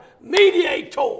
mediator